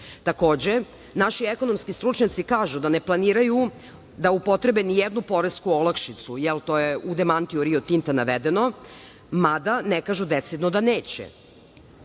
Tinta. Takođe, naši ekonomski stručnjaci kažu da ne planiraju da upotrebe nijednu poresku olakšicu. To je u demantiju Rio Tintna navedeno, mada ne kažu decidno da neće.